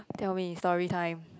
tell me story time